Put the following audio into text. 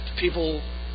People